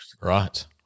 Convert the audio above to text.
Right